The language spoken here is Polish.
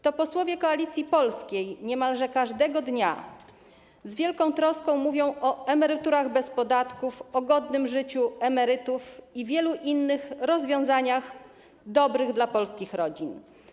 To posłowie Koalicji Polskiej niemalże każdego dnia z wielką troską mówią o emeryturach bez podatków, o godnym życiu emerytów i wielu innych rozwiązaniach dobrych dla polskich rodzin.